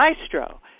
maestro